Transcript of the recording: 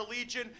legion